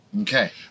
Okay